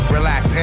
Relax